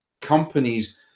companies